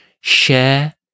Share